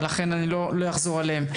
לכן לא אחזור עליהם.